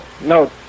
No